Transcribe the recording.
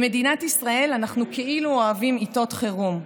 במדינת ישראל אנחנו כאילו אוהבים עיתות חירום.